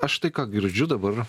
aš tai ką girdžiu dabar